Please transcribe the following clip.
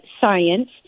science